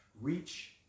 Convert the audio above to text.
reach